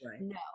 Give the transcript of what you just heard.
no